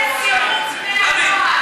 נמנע?